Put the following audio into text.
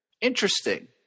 Interesting